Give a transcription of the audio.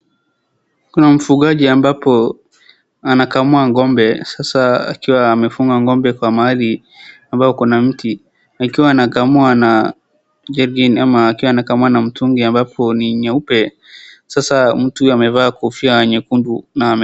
Kuna mfugaji ambapo anakamua ngombe. Sasa akiwa amefunga ngombe kwa mahali ambao kuna mti ikiwa anakamua na jegi ama akiwa anakamua na mtungi ambapo ni nyeupe. Sasa mtu amevaa kofia nyekundu na ame.